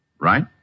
right